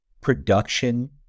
production